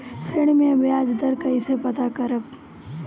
ऋण में बयाज दर कईसे पता करब?